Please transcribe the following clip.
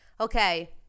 Okay